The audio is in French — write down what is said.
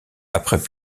après